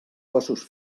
cossos